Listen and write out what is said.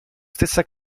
stessa